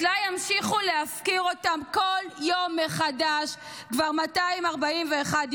אצלה ימשיכו להפקיר אותם בכל יום מחדש כבר 241 ימים.